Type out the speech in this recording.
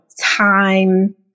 time